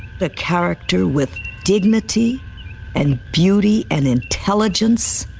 a character with dignity and beauty and intelligence?